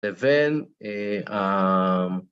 לבן, אה.. אה..